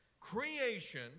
Creation